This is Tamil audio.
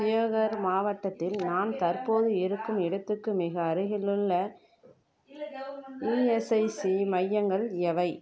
தியோகர் மாவட்டத்தில் நான் தற்போது இருக்கும் இடத்திக்கு மிக அருகில் உள்ள இஎஸ்ஐசி மையங்கள் எவை